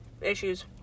issues